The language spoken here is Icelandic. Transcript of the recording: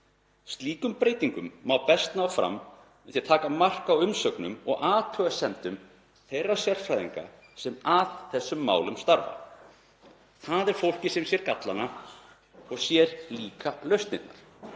Slíkum breytingum má best ná fram með því að taka mark á umsögnum og athugasemdum þeirra sérfræðinga sem að þessum málum starfa. Það er fólkið sem sér gallana og líka lausnirnar.